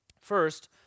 First